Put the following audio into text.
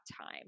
time